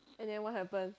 and then what happen